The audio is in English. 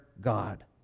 God